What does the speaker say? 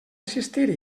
assistir